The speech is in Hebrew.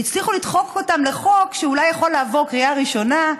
הצליחו לדחוק אותם לחוק שאולי יכול לעבור בקריאה ראשונה,